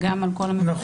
וגם על כל המבודדים,